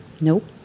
Nope